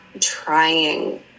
trying